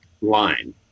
line